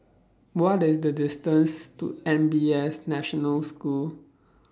What IS The distance to N P S National School